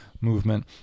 movement